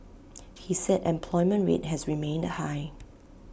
he said employment rate has remained high